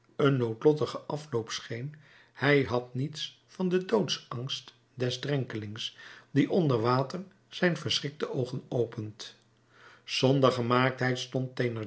een noodlottigen afloop scheen hij had niets van den doodsangst des drenkelings die onder water zijn verschrikte oogen opent zonder gemaaktheid stond